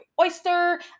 oyster